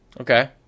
Okay